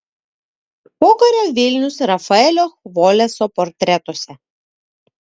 pokario vilnius rafaelio chvoleso portretuose